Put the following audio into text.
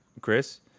Chris